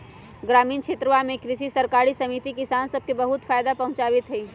ग्रामीण क्षेत्रवा में कृषि सरकारी समिति किसान सब के बहुत फायदा पहुंचावीत हई